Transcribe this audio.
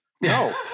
No